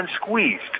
squeezed